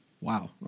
Wow